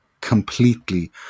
completely